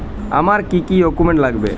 আমার কি কি ডকুমেন্ট লাগবে?